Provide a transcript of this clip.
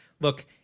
Look